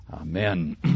Amen